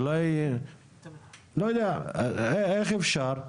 אולי לא יודע איך אפשר?